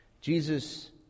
Jesus